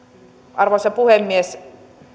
arvoisa puhemies